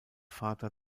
vater